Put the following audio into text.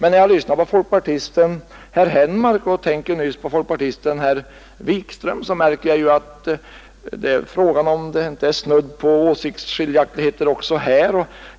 När jag lyssnade på folkpartisten herr Henmark och tänkte på vad folkpartisten herr Wikström sade för en stund sedan, så märkte jag ju att det är snudd på åsiktsskiljaktigheter också där.